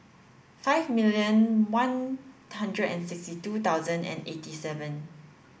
five million one hundred and sixty two thousand and eighty seven